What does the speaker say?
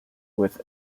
with